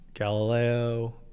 Galileo